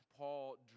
Paul